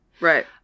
right